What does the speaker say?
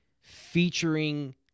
featuring